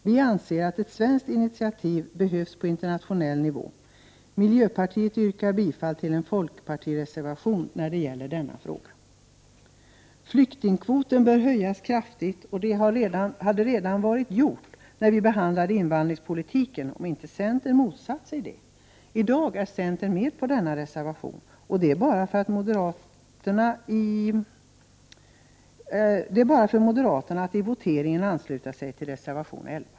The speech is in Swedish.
Vi anser att det behövs ett svenskt initiativ på internationell nivå. Vii miljöpartiet yrkar bifall till den folkpartireservation som gäller denna fråga. Flyktingkvoten bör ökas kraftigt. Det skulle ha varit gjort redan när vi behandlade invandringspolitiken om inte centern hade motsatt sig detta. I dag är centern med på reservationen i denna fråga, så det är bara för moderaterna att i voteringen ansluta sig till reservation 11.